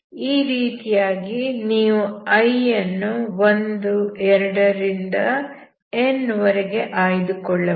ಈ ರೀತಿಯಾಗಿ ನೀವು i ಯನ್ನು 1 2 ರಿಂದ n ವರೆಗೆ ಆಯ್ದುಕೊಳ್ಳಬಹುದು